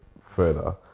further